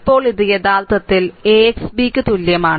ഇപ്പോൾ ഇത് യ ഥാർ ത്ഥ ത്തി ൽ A X B യ്ക്ക് തു ല്യ മാണ്